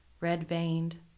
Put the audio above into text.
red-veined